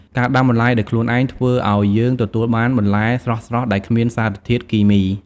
ការដាំបន្លែដោយខ្លួនឯងធ្វើឱ្យយើងទទួលបានបន្លែស្រស់ៗដែលគ្មានសារធាតុគីមី។